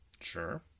Sure